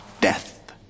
death